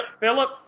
philip